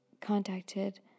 contacted